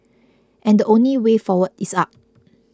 and the only way forward is up